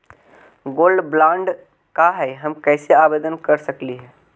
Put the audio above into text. Gold bond का है, हम कैसे आवेदन कर सकली ही?